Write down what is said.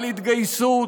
על התגייסות,